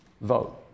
vote